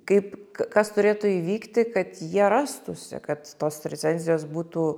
kaip kas turėtų įvykti kad jie rastųsi kad tos recenzijos būtų